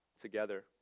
together